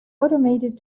automated